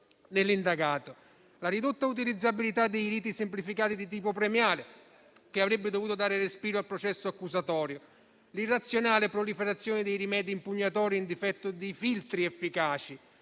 dell'indagato; la ridotta utilizzabilità dei riti semplificati di tipo premiale, che avrebbe dovuto dare respiro al processo accusatorio; l'irrazionale proliferazione dei rimedi impugnatori in difetto di filtri efficaci;